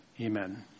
amen